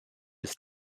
bis